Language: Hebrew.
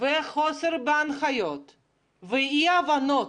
וחוסר בהנחיות ואי-הבנות